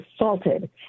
assaulted